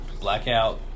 Blackout